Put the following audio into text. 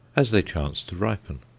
as they chance to ripen.